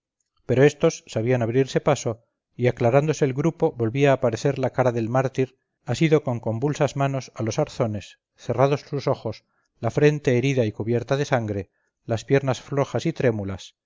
pero estos sabían abrirse paso y aclarándose el grupo volvía a aparecer la cara del mártir asidocon convulsas manos a los arzones cerrados sus ojos la frente herida y cubierta de sangre las piernas flojas y trémulas